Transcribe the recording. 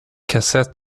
cassette